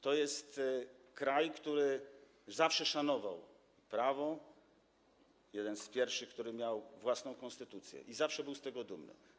To jest kraj, który zawsze szanował prawo, jeden z pierwszych, który miał własną konstytucję i zawsze był z tego dumny.